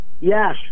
Yes